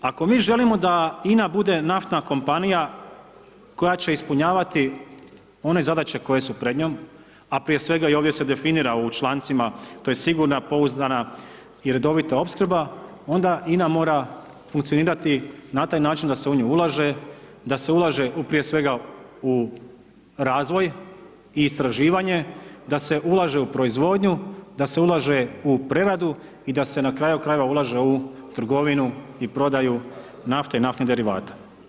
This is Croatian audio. Ako mi želimo da INA bude naftna kompanija koja će ispunjavati one zadaće koje su pred njom, a prije svega i ovdje se definira u člancima to je sigurna, pouzdana i redovita opskrba, onda INA mora funkcionirati na taj način da se u nju ulaže, da se ulaže prije svega u razvoj i istraživanje, da se ulaže u proizvodnju, da se ulaže u preradu i da se na kraju krajeva ulaže u trgovinu i prodaju nafte i naftnih derivata.